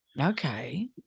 Okay